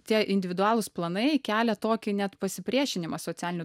tie individualūs planai kelia tokį net pasipriešinimą socialinių